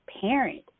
parent